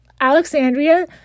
Alexandria